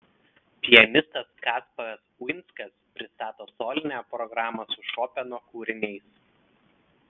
pianistas kasparas uinskas pristato solinę programą su šopeno kūriniais